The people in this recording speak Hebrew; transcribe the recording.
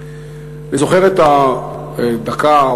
אני זוכר את הדקה,